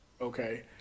okay